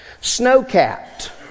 Snow-capped